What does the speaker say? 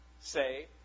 say